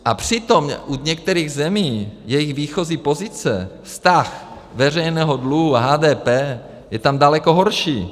A přitom v některých zemích jejich výchozí pozice, vztah veřejného dluhu a HDP, je tam daleko horší.